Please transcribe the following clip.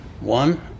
One